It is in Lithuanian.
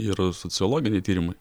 ir sociologiniai tyrimai